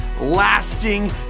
lasting